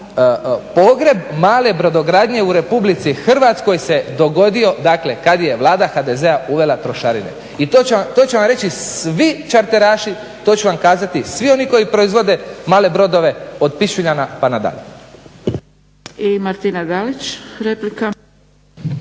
pogreb male brodogradnje u Republici Hrvatskoj se dogodio dakle kad je Vlada HDZ-a uvela trošarine i to će vam reći svi čarteraši, to će vam kazati svi oni koji proizvode male brodove od Pičuljana pa nadalje. **Zgrebec, Dragica